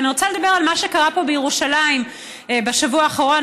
אני רוצה לדבר על מה שקרה פה בירושלים בשבוע האחרון.